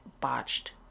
botched